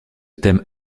thème